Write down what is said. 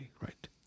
right